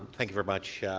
thank you very much,